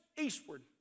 eastward